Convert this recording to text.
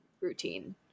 routine